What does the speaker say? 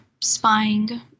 spying